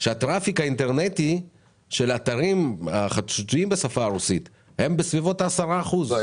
שהטראפיק האינטרנטי של אתרים החדשותיים בשפה הרוסית הם בסביבות 10%. מה,